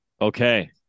Okay